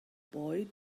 boy